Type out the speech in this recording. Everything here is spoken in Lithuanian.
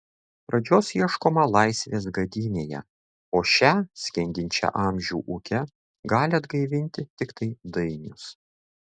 pradžios ieškoma laisvės gadynėje o šią skendinčią amžių ūke gali atgaivinti tiktai dainius